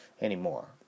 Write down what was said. Anymore